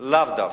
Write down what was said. לאו דווקא.